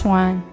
one